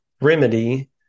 remedy